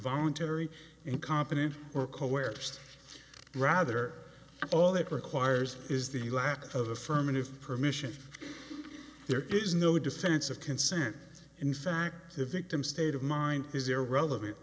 voluntary incompetent or coerced rather all that requires is the lack of affirmative permission there is no defense of consent in fact the victim state of mind is irrelevant